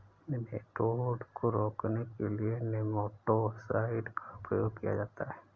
nematode को रोकने के लिए नेमाटो साइड का प्रयोग किया जाता है